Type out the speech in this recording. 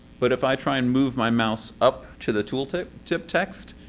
but if i try and move my mouse up to the tool tip tip text,